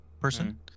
person